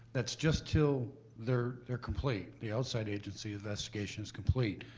that's just til they're they're complete, the outside agency investigation is complete.